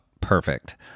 perfect